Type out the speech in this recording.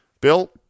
Bill